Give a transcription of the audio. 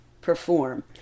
perform